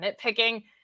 nitpicking